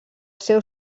seu